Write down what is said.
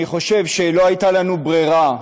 אני חושב שלא הייתה לנו ברירה,